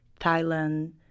Thailand